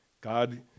God